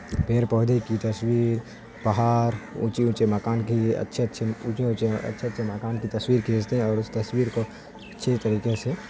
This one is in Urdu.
پیڑ پودے کی تصویر پہاڑ اونچے اونچے مکان کی اچھے اچھے اونچے اونچے اچھے اچھے مکان کی تصویر کھینچتے ہیں اور اس تصویر کو اچھی طریقے سے